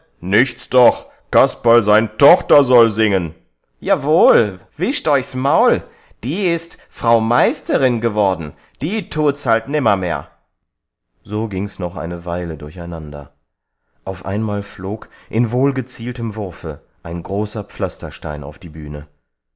nichts doch kasperl sein tochter soll singen jawohl wischt euch s maul die ist frau meisterin geworden die tut's halt nimmermehr so ging's noch eine weile durcheinander auf einmal flog in wohlgezieltem wurfe ein großer pflasterstein auf die bühne